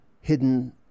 hidden